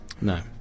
No